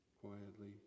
quietly